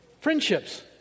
friendships